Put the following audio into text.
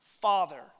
Father